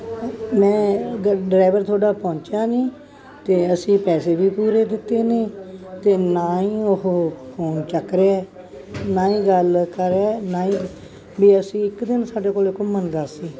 ਮੈਂ ਗੱ ਡਰਾਈਵਰ ਤੁਹਾਡਾ ਪਹੁੰਚਿਆ ਨਹੀਂ ਅਤੇ ਅਸੀਂ ਪੈਸੇ ਵੀ ਪੂਰੇ ਦਿੱਤੇ ਨੇ ਅਤੇ ਨਾ ਹੀ ਉਹ ਫੋਨ ਚੱਕ ਰਿਹਾ ਨਾ ਹੀ ਗੱਲ ਕਰ ਰਿਹਾ ਨਾ ਹੀ ਵੀ ਅਸੀਂ ਇੱਕ ਦਿਨ ਸਾਡੇ ਕੋਲ ਘੁੰਮਣ ਦਾ ਸੀ